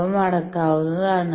അവ മടക്കാവുന്നതാണ്